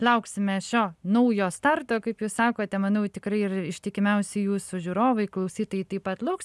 lauksime šio naujo starto kaip jūs sakote manau tikrai ir ištikimiausi jūsų žiūrovai klausytojai taip pat lauks